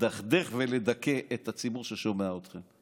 לדכדך ולדכא את הציבור ששומע אתכם,